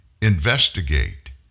investigate